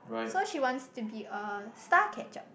so she wants to be a star catcher